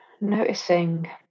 noticing